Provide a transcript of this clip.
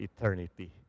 eternity